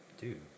Dude